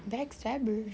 backstabbers